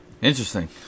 interesting